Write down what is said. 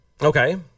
Okay